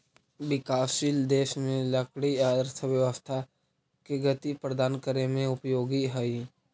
विकासशील देश में लकड़ी अर्थव्यवस्था के गति प्रदान करे में उपयोगी हइ